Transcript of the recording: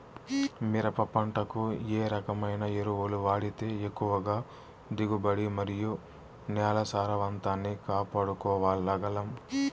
మిరప పంట కు ఏ రకమైన ఎరువులు వాడితే ఎక్కువగా దిగుబడి మరియు నేల సారవంతాన్ని కాపాడుకోవాల్ల గలం?